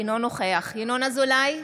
אינו נוכח ינון אזולאי,